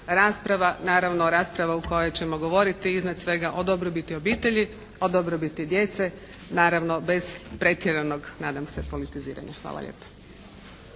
rasprava, naravno rasprava u kojoj ćemo govoriti iznad svega o dobrobiti obitelji, o dobrobiti djece naravno bez pretjeranog nadam se, politiziranja. Hvala lijepo.